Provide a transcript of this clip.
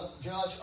judge